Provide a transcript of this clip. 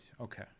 Okay